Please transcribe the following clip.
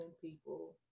people